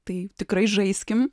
tai tikrai žaiskim